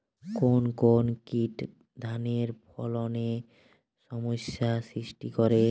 কোন কোন কীট ধানের ফলনে সমস্যা সৃষ্টি করে?